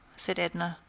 said edna.